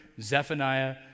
Zephaniah